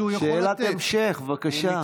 שאלת המשך, בבקשה.